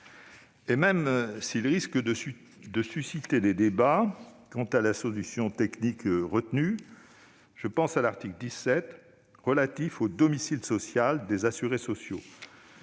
! Même s'il risque de susciter des débats quant à la solution technique retenue, j'ai également à l'esprit l'article 17, relatif au domicile social des assurés sociaux.